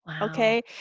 okay